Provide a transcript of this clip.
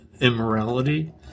immorality